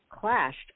clashed